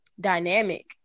dynamic